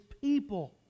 people